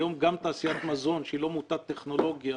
היום גם תעשיית מזון שהיא לא מוטת טכנולוגיה